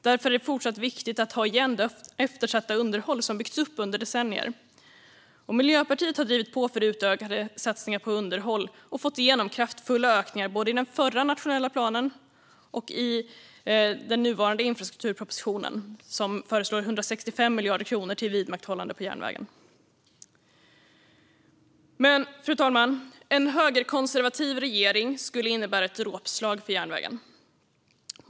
Därför är det fortsatt viktigt att ta igen det eftersatta underhåll som byggts upp under decennier. Miljöpartiet har drivit på för utökade satsningar på underhåll och fått igenom kraftfulla ökningar både i den förra nationella planen och i den nuvarande infrastrukturpropositionen, där det föreslås 165 miljarder kronor för ett vidmakthållande av järnvägen. Fru talman! En högerkonservativ regering skulle innebära ett dråpslag för järnvägen.